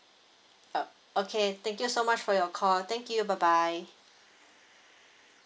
uh okay thank you so much for your call thank you bye bye